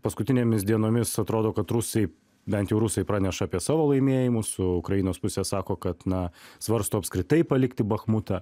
paskutinėmis dienomis atrodo kad rusai bent jau rusai praneša apie savo laimėjimus o ukrainos pusė sako kad na svarsto apskritai palikti bachmutą